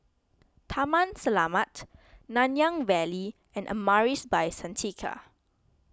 Taman Selamat Nanyang Valley and Amaris By Santika